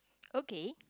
okay